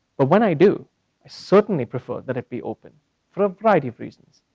but when i do, i certainly prefer that it be open for a variety of reasons.